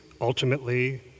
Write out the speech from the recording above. ultimately